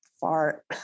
far